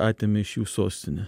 atėmė iš jų sostinę